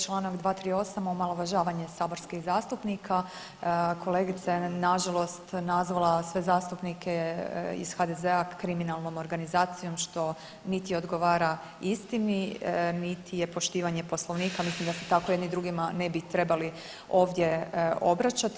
Čl. 238., omalovažavanje saborskih zastupnika, kolegica je nažalost nazvala sve zastupnike iz HDZ-a kriminalnom organizacijom što niti odgovara istini, niti je poštivanje Poslovnika, mislim da se tako jedni drugima ne bi trebali ovdje obraćati.